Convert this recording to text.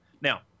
Now